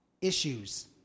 issues